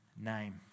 name